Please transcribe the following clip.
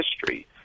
history